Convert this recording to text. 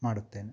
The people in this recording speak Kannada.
ಮಾಡುತ್ತೇನೆ